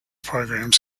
programs